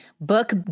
book